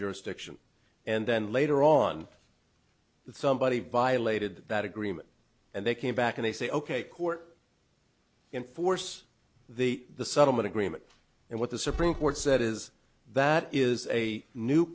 jurisdiction and then later on that somebody violated that agreement and they came back and they say ok court in force the settlement agreement and what the supreme court said is that is a new